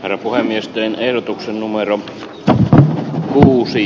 varapuhemiesten erotuksen numeron pään uusi